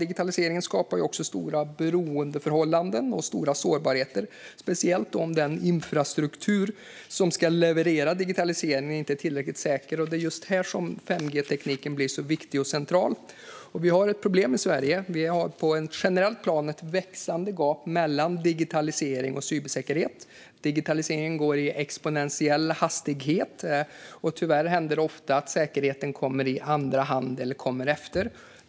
Digitaliseringen skapar också stora beroendeförhållanden och stora sårbarheter, speciellt om den infrastruktur som ska leverera digitaliseringen inte är tillräckligt säker, och just här blir 5G-tekniken viktig och central. Vi har ett problem i Sverige. Det finns på ett generellt plan ett växande gap mellan digitalisering och cybersäkerhet. Digitaliseringen går i exponentiell hastighet, och tyvärr händer det ofta att säkerheten kommer efter eller i andra hand.